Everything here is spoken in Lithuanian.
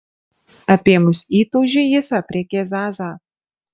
apėmus įtūžiui jis aprėkė zazą